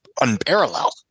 unparalleled